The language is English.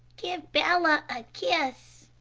give bella a kiss.